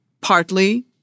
partly